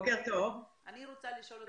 יופי, אני אשמח מאוד